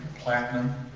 platinum